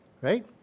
right